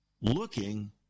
looking